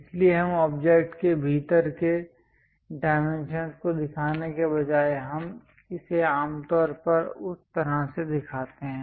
इसलिए हम ऑब्जेक्ट के भीतर के डाइमेंशंस को दिखाने के बजाय हम इसे आमतौर पर उस तरह से दिखाते हैं